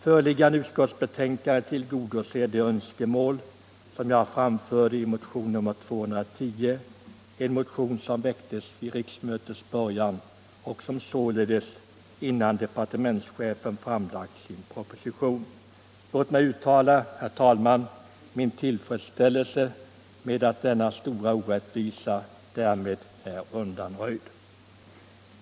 Föreliggande utskottsbetänkande tillgodoser de önskemål som jag framförde i motion nr 210, en motion som väcktes vid riksmötets början och således innan departementschefen framlagt sin proposition. Låt mig uttala min tillfredsställelse med att denna stora orättvisa därmed undanröjes.